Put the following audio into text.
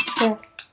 Yes